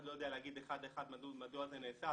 לא יודע להגיד אחד לאחד מדוע זה נעשה,